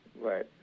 Right